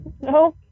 No